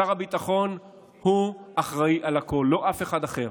שר הביטחון אחראי להכול, לא אף אחד אחר.